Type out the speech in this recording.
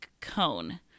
cone